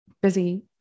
busy